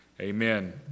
Amen